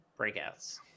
breakouts